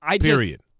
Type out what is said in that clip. period